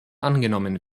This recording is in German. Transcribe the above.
angenommen